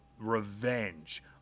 revenge